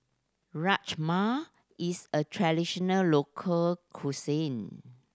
Rajma is a traditional local cuisine